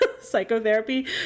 psychotherapy